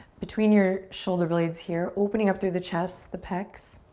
between your shoulder blades here. opening up through the chest, the pecs.